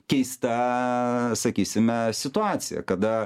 keista sakysime situacija kada